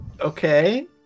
Okay